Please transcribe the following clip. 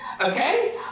Okay